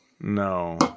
no